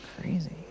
crazy